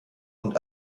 und